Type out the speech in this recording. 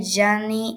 שעוצב על ידי לוסיו